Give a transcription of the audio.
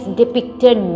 depicted